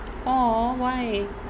!aww! why